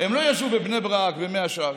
הם לא ישבו בבני ברק, במאה שערים,